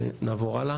(שקף: צוות מכרזים ברשויות המקומיות).